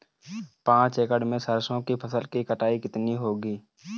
पांच एकड़ में सरसों की फसल की कटाई कितनी होगी?